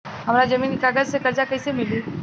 हमरा जमीन के कागज से कर्जा कैसे मिली?